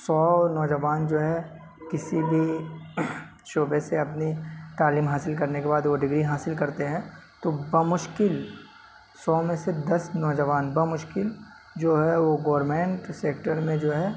سو نوجوان جو ہے کسی بھی شعبے سے اپنی تعلیم حاصل کرنے کے بعد وہ ڈگری حاصل کرتے ہیں تو بمشکل سو میں سے دس نوجوان بمشکل جو ہے وہ گورمنٹ سیکٹر میں جو ہے